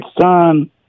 son